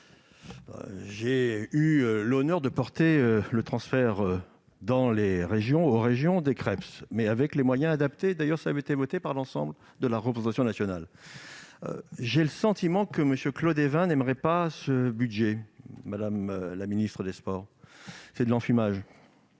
J'ai eu l'honneur de porter le transfert des Creps aux régions, mais avec les moyens adaptés. Cette mesure avait été adoptée par l'ensemble de la représentation nationale. J'ai le sentiment que M. Claude Évin n'aimerait pas ce budget, madame la ministre des sports : c'est de l'enfumage